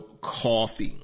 Coffee